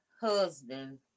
husband